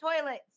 toilets